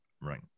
Right